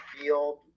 field